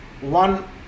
one